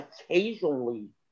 occasionally